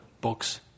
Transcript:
books